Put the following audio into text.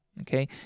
okay